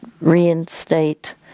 reinstate